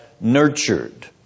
nurtured